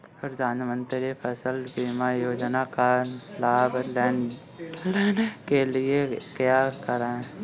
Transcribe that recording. प्रधानमंत्री फसल बीमा योजना का लाभ लेने के लिए क्या करें?